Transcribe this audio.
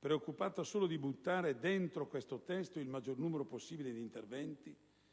preoccupata solo di buttare dentro tale testo il maggior numero possibile di interventi,